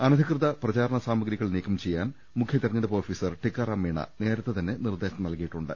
അനധികൃത പ്രചാരണ സാമഗ്രികൾ നീക്കംചെയ്യാൻ മുഖ്യതെരഞ്ഞെടുപ്പ് ഓഫീസർ ടിക്കാറാം മീണ നേരത്തെതന്നെ നിർദ്ദേശം നൽകിയിട്ടുണ്ട്